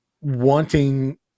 wanting